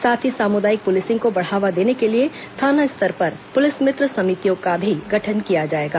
साथ ही सामुदायिक पुलिसिंग को बढ़ावा देने के लिए थाना स्तर पर पुलिस मित्र समितियों का भी गठन किया जाएगा